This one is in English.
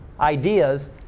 ideas